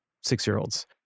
Six-year-olds